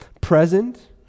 Present